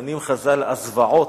מכנים חז"ל "הזוועות",